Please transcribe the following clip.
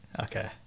okay